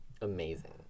Amazing